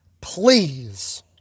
please